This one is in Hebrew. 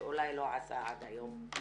שאולי לא עשה עד היום.